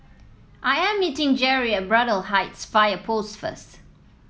I am meeting Jerrie at Braddell Heights Fire Post first